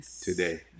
today